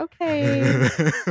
okay